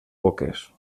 boques